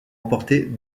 remporter